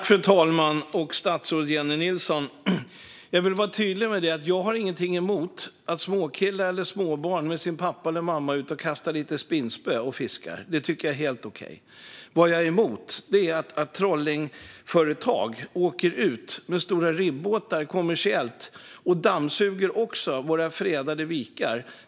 Fru talman! Jag vill vara tydlig med att jag inte har något emot att småkillar eller småbarn är ute med mamma och pappa kastar lite spinnspö och fiskar. Det tycker jag är helt okej. Vad jag är emot är att trollingföretag åker ut med stora ribbåtar kommersiellt och dammsuger våra fredade vikar.